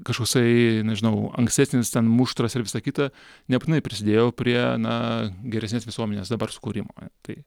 kažkoksai nežinau ankstesnis ten muštras ir visa kita nebūtinai prisidėjo prie na geresnės visuomenės dabar sukūrimo tai